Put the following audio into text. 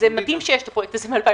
מדהים שיש את הפרויקט הזה מ-2000,